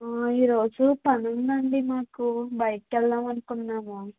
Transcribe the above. ఈరోజు పని ఉందండి మాకు బయటికెళ్దాం అనుకున్నాము